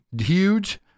Huge